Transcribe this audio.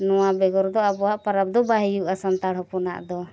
ᱱᱚᱣᱟ ᱵᱮᱜᱚᱨ ᱫᱚ ᱟᱵᱚᱣᱟᱜ ᱯᱚᱨᱚᱵᱽ ᱫᱚ ᱵᱟᱭ ᱦᱩᱭᱩᱜᱼᱟ ᱥᱟᱱᱛᱟᱲ ᱦᱚᱯᱚᱱᱟᱜ ᱫᱚ